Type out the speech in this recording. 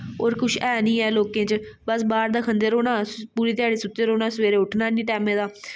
होर कुछ ऐ नेईं ऐ लोकें च बस बाह्र दा खंदे रौह्ना पूरी ध्याढ़ी सुत्ते रौह्ना सवैरे उट्ठना नेईं टेमें दा